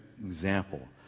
example